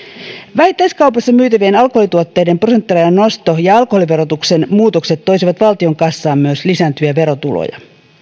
vähittäiskaupassa myytävien alkoholituotteiden prosenttirajan nosto ja alkoholiverotuksen muutokset toisivat valtion kassaan myös lisääntyviä verotuloja